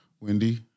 Wendy